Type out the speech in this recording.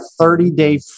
30-day